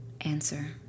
answer